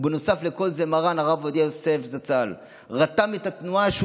ובנוסף לכל זה מרן הרב עובדיה יוסף זצ"ל רתם את התנועה שהוא